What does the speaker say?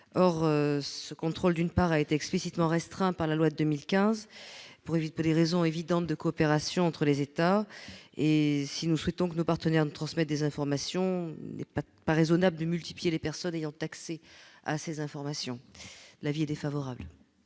Or ce contrôle a été explicitement restreint par la loi de 2015 pour des raisons évidentes de coopération entre les États. Si nous souhaitons que nos partenaires nous transmettent des informations, il n'est pas raisonnable de multiplier les personnes ayant accès à celles-ci. Aussi, la